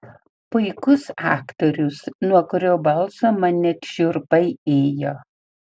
puikus aktorius nuo kurio balso man net šiurpai ėjo